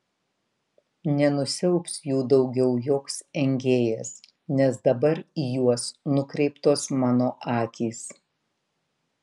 nenusiaubs jų daugiau joks engėjas nes dabar į juos nukreiptos mano akys